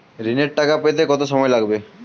ঋণের টাকা পেতে কত সময় লাগবে?